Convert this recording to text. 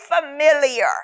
familiar